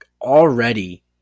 already